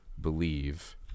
believe